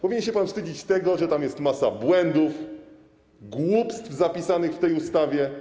Powinien się pan wstydzić tego, że jest masa błędów, głupstw zapisanych w tej ustawie.